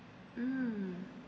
mm